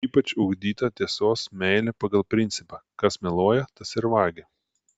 ypač ugdyta tiesos meilė pagal principą kas meluoja tas ir vagia